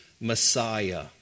Messiah